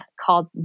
called